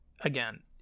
again